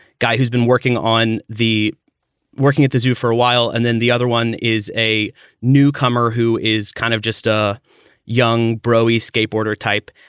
guy who's been working on the working at the zoo for a while. and then the other one is a new comer who is kind of just a young brony skateboarder type.